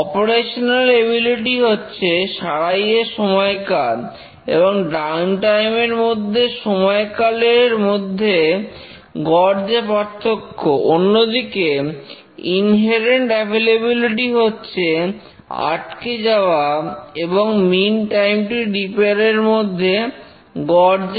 operational ability হচ্ছে সারাইয়ের সময়কাল এবং ডাউন টাইম এর সময়কালের মধ্যে গড় যে পার্থক্য অন্যদিকে ইনহেরেন্ট অ্যাভেলেবলিটি হচ্ছে আটকে যাওয়া এবংমিন টাইম টু রিপেয়ার এর মধ্যে গড় যে পার্থক্য